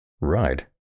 Right